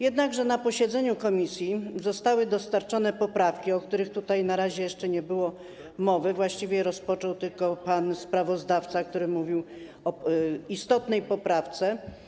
Jednakże podczas posiedzenia komisji zostały dostarczone poprawki, o których tutaj na razie jeszcze nie było mowy, właściwie temat rozpoczął tylko pan sprawozdawca, który mówił o istotnej poprawce.